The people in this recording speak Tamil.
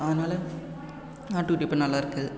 அதனால் ஆட்டுக்குட்டி இப்போ நல்லா இருக்கு